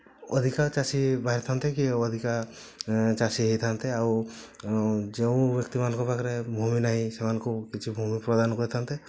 ଅଧିକା ଚାଷୀ ବାହାରିଥାନ୍ତେ କି ଅଧିକା ଚାଷୀ ହେଇଥାନ୍ତେ ଆଉ ଯେଉଁ ବ୍ୟକ୍ତିମାନଙ୍କ ପାଖରେ ଭୂମି ବି ନାହିଁ ସେମାନଙ୍କୁ କିଛି ଭୂମି ପ୍ରଦାନ କରିଥାନ୍ତେ